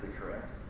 correct